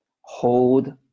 hold